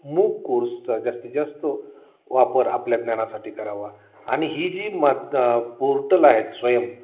मूक कोर्सचा जास्तीत जास्त वापर आपल्या ज्ञानासाठी करावा आणि ही जी मा पोर्टल आहेत स्वयम